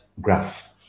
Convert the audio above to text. graph